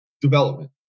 development